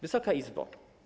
Wysoka Izbo!